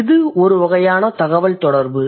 இது ஒரு வகையான தகவல்தொடர்பு